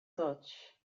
such